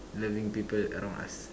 loving people around us